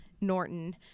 Norton